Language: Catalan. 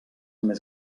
més